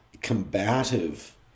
combative